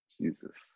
Jesus